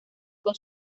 con